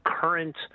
Current